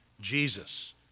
Jesus